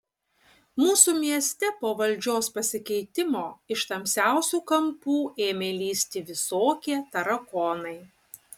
mūsų mieste po valdžios pasikeitimo iš tamsiausių kampų ėmė lįsti visokie tarakonai